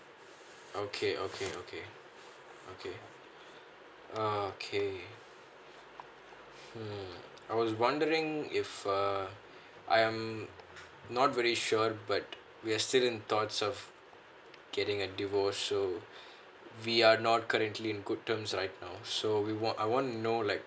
okay okay okay okay okay hmm I was wondering if uh am not very sure but we're still in thoughts of getting a divorce so we are not currently in good terms right now so we want I want too know like